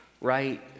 right